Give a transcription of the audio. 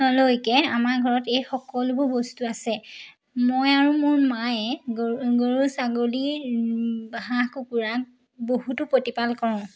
লৈকে আমাৰ ঘৰত এই সকলোবোৰ বস্তু আছে মই আৰু মোৰ মায়ে গৰু গৰু ছাগলীৰ হাঁহ কুকুৰাক বহুতো প্ৰতিপাল কৰোঁ